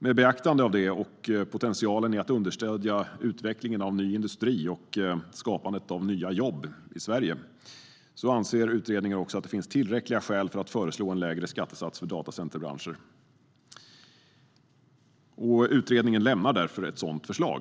Med beaktande av detta och potentialen i att understödja utvecklingen av en ny industri . som kan skapa nya arbetstillfällen i Sverige, anser utredningen att det finns tillräckliga skäl för att föreslå en lägre skattesats för datacenterbranschen. Utredningen lämnar därför ett sådant förslag.